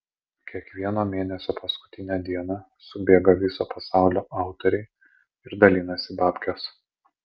kiekvieno mėnesio paskutinę dieną subėga viso pasaulio autoriai ir dalinasi babkes